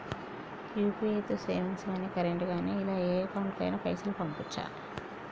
UPI తో savings గాని current గాని ఇలా ఏ అకౌంట్ కైనా పైసల్ పంపొచ్చా?